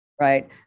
right